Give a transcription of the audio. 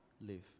live